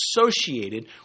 associated